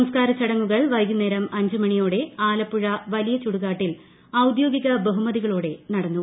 സംസ്കാരച്ചടങ്ങുകൾ വൈകുന്നേരം അഞ്ച് മണിയോടെ ആലപ്പുഴ വലിയ ചുടുകാട്ടിൽ ഔദ്യോഗിക ബഹുമതികളോടെ നടന്നു